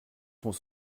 sont